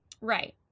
Right